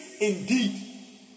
indeed